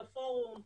לפורום,